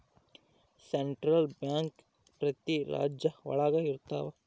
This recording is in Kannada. ಸೆಂಟ್ರಲ್ ಬ್ಯಾಂಕ್ ಪ್ರತಿ ರಾಜ್ಯ ಒಳಗ ಇರ್ತವ